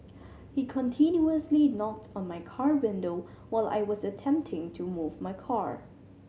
he continuously knocked on my car window while I was attempting to move my car